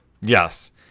Yes